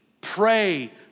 pray